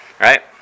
Right